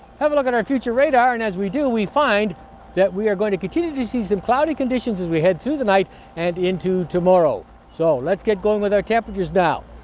have a look at our future radar, and as we do, we find that we are going to continue to see some cloudy conditions as we head through the night and into tomorrow. so let's get going with our temperatures now.